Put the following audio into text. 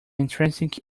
intrinsic